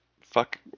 Fuck